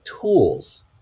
tools